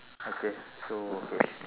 okay so okay